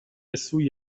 سوی